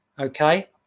Okay